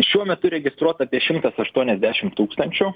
šiuo metu registruota apie šimtas aštuoniasdešim tūkstančių